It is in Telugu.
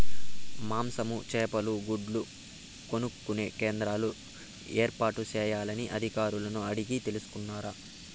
మాంసము, చేపలు, గుడ్లు కొనుక్కొనే కేంద్రాలు ఏర్పాటు చేయాలని అధికారులను అడిగి తెలుసుకున్నారా?